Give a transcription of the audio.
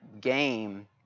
game